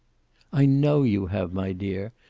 i know you have, my dear.